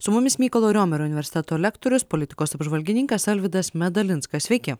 su mumis mykolo romerio universiteto lektorius politikos apžvalgininkas alvydas medalinskas sveiki